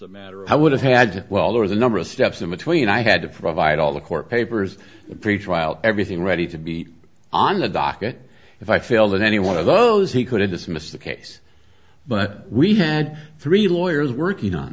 a matter of i would have had well there was a number of steps in between i had to provide all the court papers pretrial everything ready to be on the docket if i feel that any one of those he could have dismissed the case but we had three lawyers working on